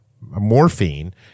morphine